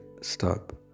Stop